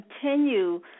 continue